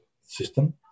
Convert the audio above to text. system